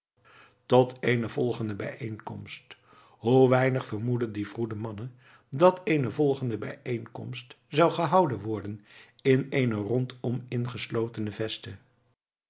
tot eene volgende bijeenkomst hoe weinig vermoedden die vroede mannen dat eene volgende bijeenkomst zou gehouden worden in eene rondom ingeslotene veste